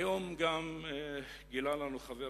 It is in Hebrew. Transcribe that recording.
היום גם גילה לנו חבר